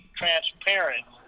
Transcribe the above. transparent